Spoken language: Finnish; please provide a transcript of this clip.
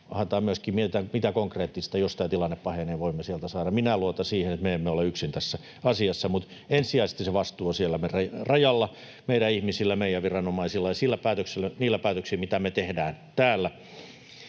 voimme sieltä saada, jos tämä tilanne pahenee. Minä luotan siihen, että me emme ole yksin tässä asiassa, mutta ensisijaisesti se vastuu on siellä rajalla, meidän ihmisillä, meidän viranomaisilla ja niillä päätöksillä, mitä me tehdään täällä.